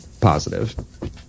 positive